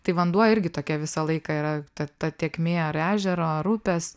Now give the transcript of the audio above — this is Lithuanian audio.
tai vanduo irgi tokia visą laiką yra ta ta tėkmė ar ežero ar upės